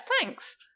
thanks